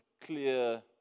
clear